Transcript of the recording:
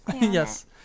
Yes